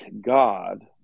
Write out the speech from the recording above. God